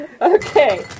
Okay